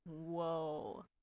whoa